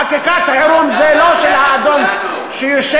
חקיקת חירום זה לא של האדון שיושב,